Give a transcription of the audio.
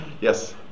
yes